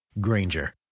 Granger